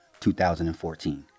2014